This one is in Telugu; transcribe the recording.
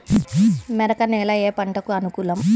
మెరక నేల ఏ పంటకు అనుకూలం?